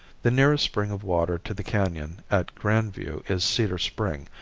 the nearest spring of water to the canon at grand view is cedar spring,